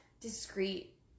discreet